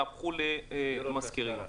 יהפכו למשכירים.